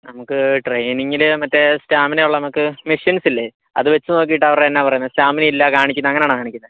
നമുക്ക് ട്രെയിനിങ്ങിൽ മറ്റേ സ്റ്റാമിനായുള്ള നമുക്ക് മെഷിൻസ് ഇല്ലേ അതുവെച്ചുനോക്കിയിട്ട് അവരുടെ എന്നാ പറയുന്നത് സ്റ്റാമിനയില്ലാതെ കാണിക്കുന്നേ അങ്ങനെയാണോ കാണിക്കുന്നത്